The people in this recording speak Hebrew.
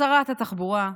שרת התחבורה,